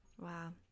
Wow